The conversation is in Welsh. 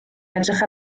edrych